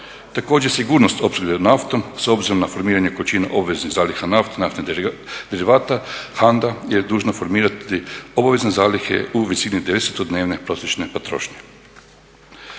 Također, sigurnost opskrbe naftom s obzirom na formiranje količina obveznih zaliha nafte, naftnih derivata. HANDA je dužna formirati obavezne zalihe u visini desetodnevne prosječne potrošnje.